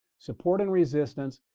support and resistance,